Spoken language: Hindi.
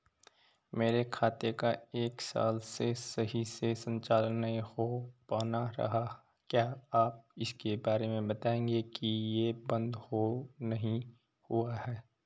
मेरे खाते का एक साल से सही से संचालन नहीं हो पाना रहा है क्या आप इसके बारे में बताएँगे कि ये बन्द तो नहीं हुआ है?